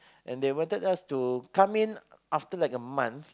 and they wanted us to come in after like a month